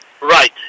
Right